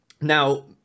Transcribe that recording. now